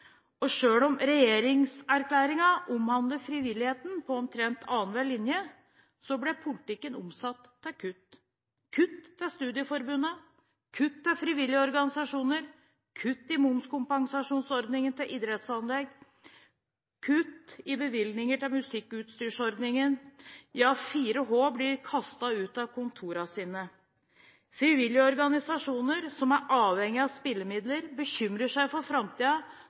Og selv om regjeringserklæringen omhandler frivilligheten på omtrent annenhver linje, så blir politikken omsatt til kutt – kutt til Studieforbundet, kutt til frivillige organisasjoner, kutt i momskompensasjonsordningen til idrettsanlegg, kutt i bevilgninger til musikkutstyrsordningen, 4H blir kastet ut av kontorene sine. Frivillige organisasjoner, som er avhengige av spillemidler, bekymrer seg for